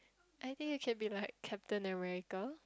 I think I can be like Captain America